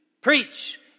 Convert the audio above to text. Preach